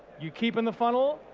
you keep in the funnel,